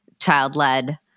child-led